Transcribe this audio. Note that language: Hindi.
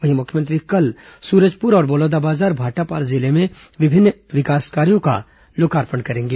वहीं मुख्यमंत्री कल सुरजपुर और बलौदाबाजार भाटापारा जिले में विभिन्न विकास कार्यों का लोकार्पण करेंगे